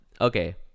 Okay